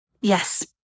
Yes